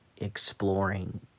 exploring